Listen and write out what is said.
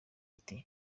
ati